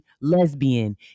lesbian